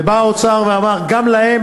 ובא האוצר ואמר: גם להם,